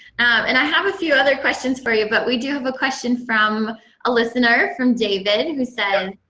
and i have a few other questions for you. but we do have a question from a listener, from david, who said,